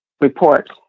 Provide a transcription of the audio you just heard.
report